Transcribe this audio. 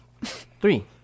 Three